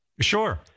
Sure